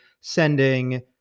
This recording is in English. sending